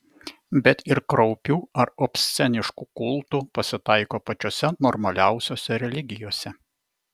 bet ir kraupių ar obsceniškų kultų pasitaiko pačiose normaliausiose religijose